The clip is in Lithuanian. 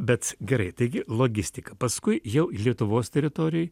bet gerai taigi logistika paskui jau lietuvos teritorijoj